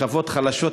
שכבות חלשות,